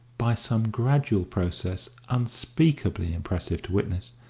by some gradual process unspeakably impressive to witness,